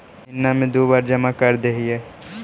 महिना मे दु बार जमा करदेहिय?